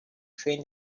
train